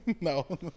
No